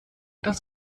das